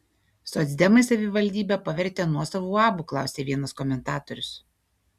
socdemai savivaldybę pavertė nuosavu uabu klausia vienas komentatorius